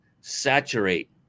saturate